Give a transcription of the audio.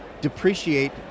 depreciate